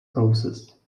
process